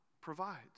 provides